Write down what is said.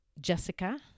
Jessica